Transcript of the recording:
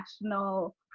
national